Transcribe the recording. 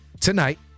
tonight